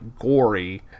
gory